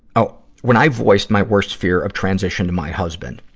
oh! when i voiced my worst fear of transition to my husband.